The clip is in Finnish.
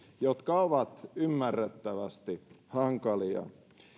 jotka ovat ymmärrettävästi hankalia